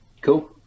Cool